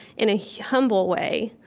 in a humble way,